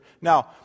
Now